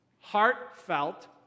Heartfelt